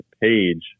page